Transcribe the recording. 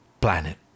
planet